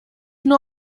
nur